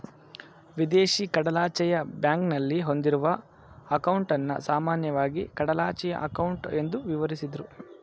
ವಿದೇಶಿ ಕಡಲಾಚೆಯ ಬ್ಯಾಂಕ್ನಲ್ಲಿ ಹೊಂದಿರುವ ಅಂಕೌಟನ್ನ ಸಾಮಾನ್ಯವಾಗಿ ಕಡಲಾಚೆಯ ಅಂಕೌಟ್ ಎಂದು ವಿವರಿಸುದ್ರು